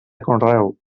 conreu